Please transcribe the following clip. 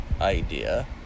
idea